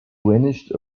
vanished